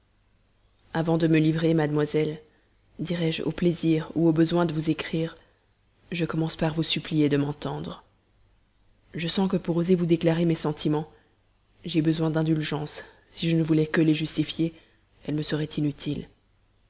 avant de me livrer mademoiselle dirai-je au plaisir ou au besoin de vous écrire je commence par vous supplier de m'entendre je sens que pour oser vous déclarer mes sentiments j'ai besoin d'indulgence si je ne voulais que les justifier elle me serait inutile